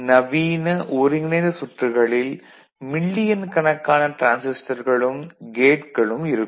நவீன ஒருங்கிணைந்த சுற்றுகளில் மில்லியன் கணக்கான டிரான்சிஸ்டர்களும் கேட்களும் இருக்கும்